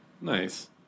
Nice